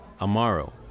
amaro